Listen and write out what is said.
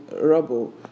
rubble